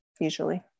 usually